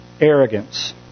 Arrogance